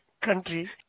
country